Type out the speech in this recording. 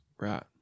Right